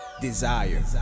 desire